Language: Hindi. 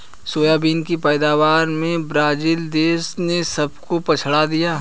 सोयाबीन की पैदावार में ब्राजील देश ने सबको पछाड़ दिया